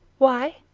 why?